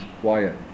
quiet